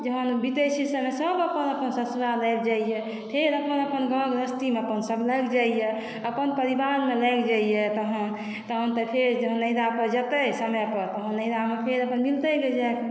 जखन बीतै छै समय सभ अपन अपन ससुराल आबि जाइया फेर अपन अपन घर गृहस्थीमे अपन सभ लागि जाइया अपन परिवारमे लागि जाइया तहन तहन तऽ फेर जखन नैहरा पर जेतै समय पर तखन फेर नैहरामे मिलतै जुलतै